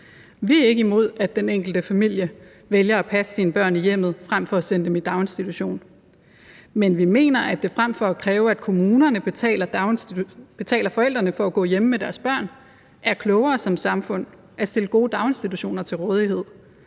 Vi er ikke imod, at den enkelte familie vælger at passe sine børn i hjemmet frem for at sende dem i daginstitution, men vi mener, at det – frem for at kræve, at kommunerne betaler forældrene for at gå hjemme med deres børn – er klogere som samfund at stille gode daginstitutioner til rådighed,